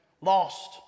lost